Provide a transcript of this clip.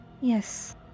Yes